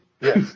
Yes